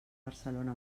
barcelona